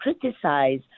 criticize